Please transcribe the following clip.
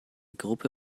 gruppe